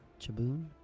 Chaboon